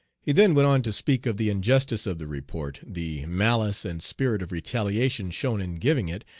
he then went on to speak of the injustice of the report, the malice and spirit of retaliation shown in giving it,